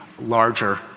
larger